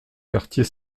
quartier